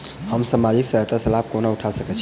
हम सामाजिक सहायता केँ लाभ कोना उठा सकै छी?